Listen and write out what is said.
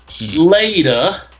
Later